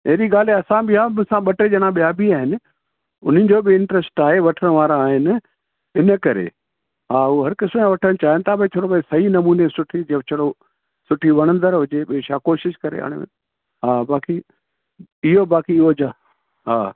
एॾी ॻाल्हि असां बि आहे मूंसां ॿ टे ॼणा ॿिया बि आहिनि उन्हनि जो बि इंट्रेस्ट आहे वठण वारा आहिनि इन्हीअ करे हा उहे हर कंहिंसां वठणु चाहिनि था भाई थोरो भाई सही नमूने सुठी ॾियो छड़ो सुठी वणंदड़ु हुजे ॿियो छा कोशिश करे हा बाक़ी इहो बाक़ी हुजे हा